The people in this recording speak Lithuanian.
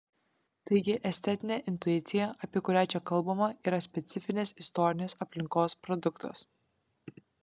taigi estetinė intuicija apie kurią čia kalbama yra specifinės istorinės aplinkos produktas